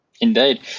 indeed